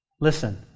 Listen